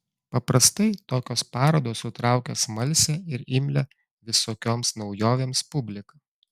paprastai tokios parodos sutraukia smalsią ir imlią visokioms naujovėms publiką